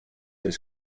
his